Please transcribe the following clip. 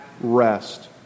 rest